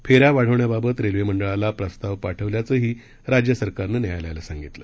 फेन्या वाढवण्या बाबत रेल्वे मंडळाला प्रस्ताव पाठवल्याचं देखील राज्य सरकारनं न्यायालयाला सांगितलं